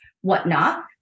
whatnot